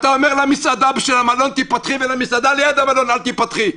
שאתה אומר למסעדה של המלון "תפתחי" ולמסעדה ליד המלון "אל תפתחי".